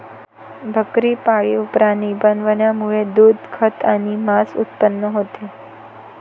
बकरी पाळीव प्राणी बनवण्यामुळे दूध, खत आणि मांस उत्पन्न होते